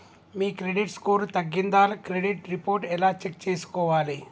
మీ credit score తగ్గిందా credit report ఎలా check చేసుకోవాలి?